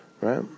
right